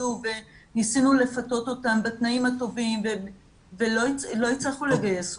וניסינו לפתות אותם בתנאים הטובים לא הצלחנו לגייס עובדים.